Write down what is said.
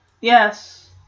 Yes